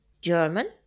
German